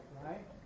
right